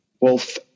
Wolf